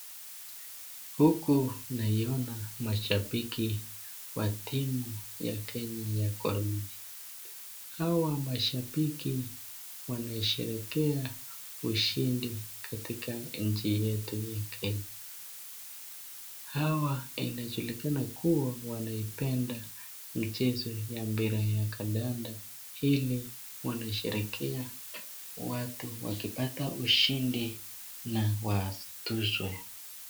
Huku naiyona mashabiki ya timu ya kenya ya Gor mahia , hawa mashabiki wanasherekea ushindi katika nchi yetu ya kenya, hawa inajulikana kuwa wanaipenda michezo ya mpira ya kandanda hili wanasherekea watu wakipata ushindi na watuwe.